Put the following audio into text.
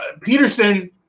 Peterson